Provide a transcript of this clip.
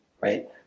right